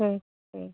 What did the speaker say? ᱦᱩᱸ ᱦᱩᱸ